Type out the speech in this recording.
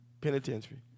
penitentiary